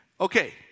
okay